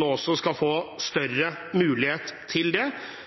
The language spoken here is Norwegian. nå skal få større mulighet til det,